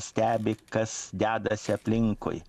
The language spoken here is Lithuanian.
stebi kas dedasi aplinkui